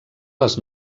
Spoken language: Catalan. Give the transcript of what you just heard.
les